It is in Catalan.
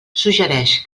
suggereix